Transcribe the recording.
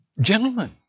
gentlemen